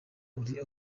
ari